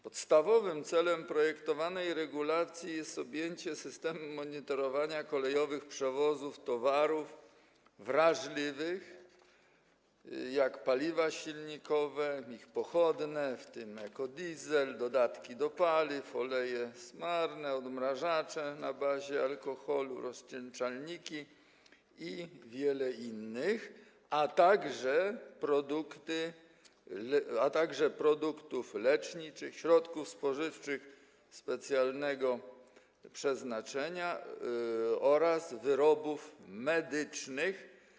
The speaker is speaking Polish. Podstawowym celem projektowanej regulacji jest objęcie systemem monitorowania kolejowych przewozów towarów wrażliwych, takich jak paliwa silnikowe i ich pochodne, w tym ekodiesel, dodatki do paliw, oleje smarne, odmrażacze na bazie alkoholu, rozcieńczalniki i wiele innych, a także produktów leczniczych, środków spożywczych specjalnego przeznaczenia oraz wyrobów medycznych.